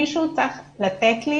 מישהו צריך לתת לי